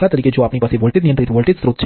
કેટલાક અન્ય ચલ પર આધારિત છે